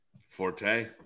Forte